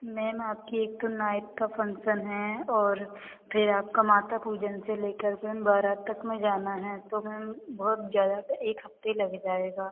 ma'am आपकी एक तो नाइट का फंक्सन है और फिर आपका माता पूजन से लेकर मैम बारात तक में जाना है तो मैम बहुत ज़्यादा एक हफ़्ते लग जाएगा